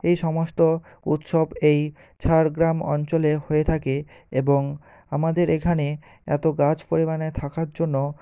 এই সমস্ত উৎসব এই ঝাড়গ্রাম অঞ্চলে হয়ে থাকে এবং আমাদের এখানে এত গাছ পরিমাণে থাকার জন্য